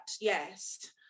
yes